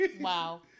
Wow